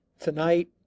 tonight